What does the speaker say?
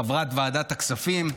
חברת ועדת הכספים,